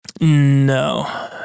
No